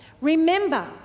Remember